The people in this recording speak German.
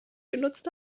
genutzt